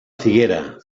figuera